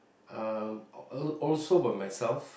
uh al~ also by myself